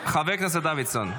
חבר הכנסת דוידסון.